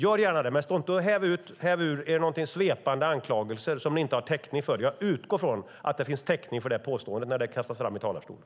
Gör gärna det, men stå inte och häv ur er svepande anklagelser som ni inte har täckning för! Jag utgår från att det finns täckning för det påståendet när det kastas fram i talarstolen.